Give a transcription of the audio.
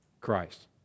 Christ